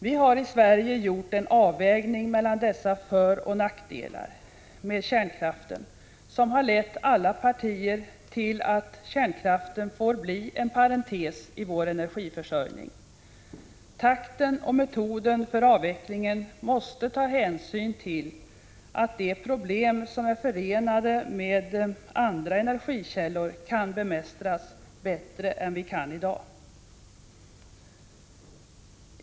Vi har i Sverige gjort en avvägning mellan dessa föroch nackdelar med kärnkraften, vilket lett alla partier till uppfattningen att kärnkraften får bli en parentes i vår energiförsörjning. När det gäller takten och metoden för avvecklingen måste vi ta hänsyn till att de problem som är förenade med andra energikällor kan bemästras bättre framdeles.